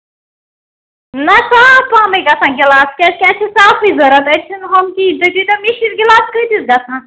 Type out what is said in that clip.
نہ صاف پہمٕے گژھن گِلاس کیٛازِکہِ اَسہِ چھِ صافٕے ضرورَت أسۍ چھِنہٕ ہُم کہینۍ تُہۍ دیٖتو مِشیٖر گِلاس کۭتِس گژھان